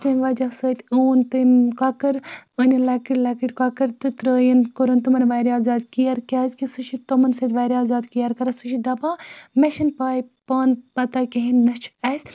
تمہِ وَجہ سۭتۍ اوٚن تٔمۍ کۄکَر أنِن لَکٕٹۍ لَکٕٹۍ کۄکَر تہٕ ترٲیِن کوٚرُن تٕمَن واریاہ زیادٕ کِیَر کیازِکہِ سُہ چھُ تمَن سۭتۍ واریاہ زیادٕ کِیر کَران سُہ چھِ دَپان مےٚ چھِ نہٕ پاے پانہٕ پَتہ کِہیٖنۍ نہ چھُ اَسہِ